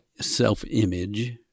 self-image